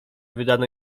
wydano